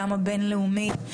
גם הבין-לאומית,